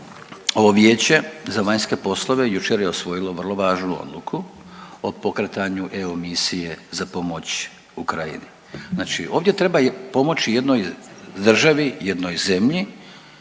ovo Vijeće za vanjske poslove jučer je usvojilo vrlo važnu odluku o pokretanju EU misije za pomoć Ukrajini. Znači ovdje treba pomoći jednoj državi, jednoj zemlji